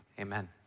amen